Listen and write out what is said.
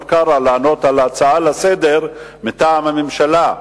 קרא לענות על ההצעה לסדר-היום מטעם הממשלה.